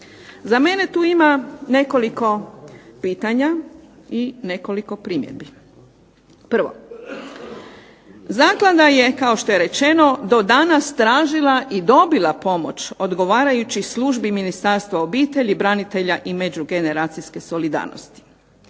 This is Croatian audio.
Za mene tu ima nekoliko pitanja i nekoliko primjedbi. Prvo, zaklada je kao što je rečeno do danas tražila i dobila pomoć odgovarajućih službi Ministarstva obitelji, branitelja i međugeneracijske solidarnosti.